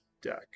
deck